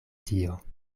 dio